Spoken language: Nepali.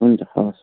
हुन्छ हवस्